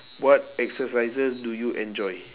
what exercises do you enjoy